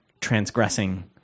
transgressing